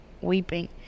weeping